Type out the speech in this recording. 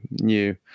new